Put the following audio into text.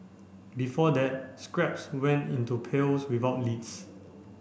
before that scraps went into pails without lids